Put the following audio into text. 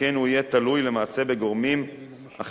שכן הוא יהיה תלוי למעשה בגורמים אחרים,